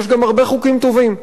יש גם הרבה חוקים טובים.